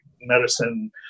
medicine